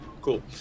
Cool